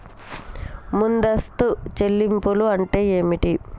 ముందస్తు చెల్లింపులు అంటే ఏమిటి?